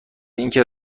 اینکه